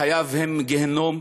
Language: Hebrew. חייו הם גיהינום.